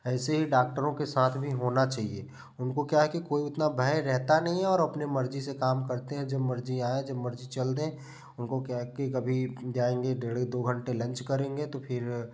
ऐसे भी डाक्टरों के साथ होना चाहिए उनको क्या है कि कोई उतना भय रहता नहीं है और अपनी मर्जी से काम करते हैं जब मर्जी आया जब मर्जी चल दें उनको क्या है कि कभी जायेंगे डेढ़ दो घंटे लंच करेंगे तो फिर